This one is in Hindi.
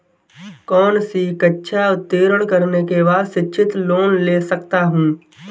कौनसी कक्षा उत्तीर्ण करने के बाद शिक्षित लोंन ले सकता हूं?